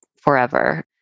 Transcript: forever